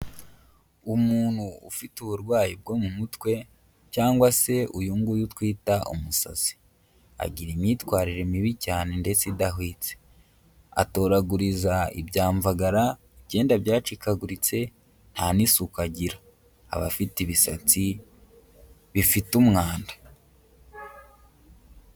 Umuntu ufite uburwayi bwo mu mutwe cyangwa se uyunguyu twita umusazi, agira imyitwarire mibi cyane ndetse idahwitse, atoraguriza ibyamvagara ibyenda byacikaguritse nta n'isuka agira aba afite ibisatsi bifite umwanda.